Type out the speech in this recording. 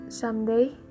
Someday